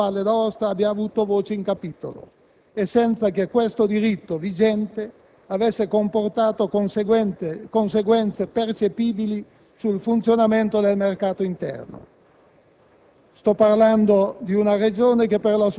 viene annullato d'incanto, senza che la Valle d'Aosta abbia avuto voce in capitolo e senza che questo diritto, vigente, avesse comportato conseguenze percepibili sul funzionamento del mercato interno.